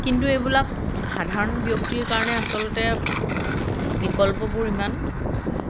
কিন্তু এইবিলাক সাধাৰণ ব্যক্তিৰ কাৰণে আচলতে বিকল্পবোৰ ইমান